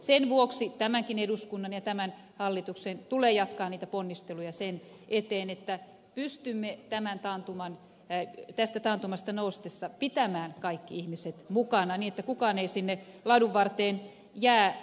sen vuoksi tämänkin eduskunnan ja tämän hallituksen tulee jatkaa niitä ponnisteluja sen eteen että pystymme tästä taantumasta noustessa pitämään kaikki ihmiset mukana niin että kukaan ei sinne ladun varteen jää